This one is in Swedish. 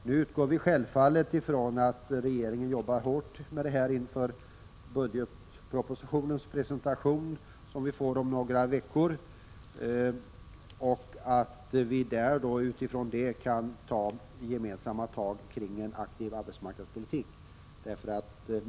Nu utgår vi självfallet från att regeringen jobbar hårt med detta inför presentationen av budgetpropositionen om några veckor. Att vi sedan kan ta gemensamma tag för en aktiv arbetsmarknadspolitik.